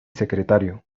secretario